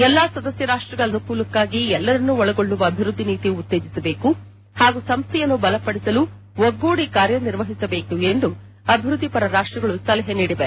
ಎಲ್ಲ ಸದಸ್ಯ ರಾಷ್ಷಗಳ ಅನುಕೂಲಕ್ಷಾಗಿ ಎಲ್ಲರನ್ನೂ ಒಳಗೊಳ್ಳುವ ಅಭಿವೃದ್ದಿನೀತಿ ಉತ್ತೇಜಿಸಬೇಕು ಹಾಗೂ ಸಂಸ್ವೆಯನ್ನು ಬಲಪಡಿಸಲು ಒಗ್ಗೂಡಿ ಕಾರ್ಯ ನಿರ್ವಹಿಸಬೇಕು ಎಂದು ಅಭಿವೃದ್ದಿಪರ ರಾಷ್ಟಗಳು ಸಲಹೆ ನೀಡಿವೆ